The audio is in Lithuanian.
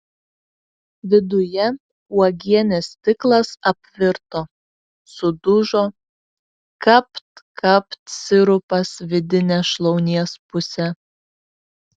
viduje uogienės stiklas apvirto sudužo kapt kapt sirupas vidine šlaunies puse